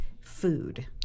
food